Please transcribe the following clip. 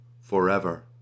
forever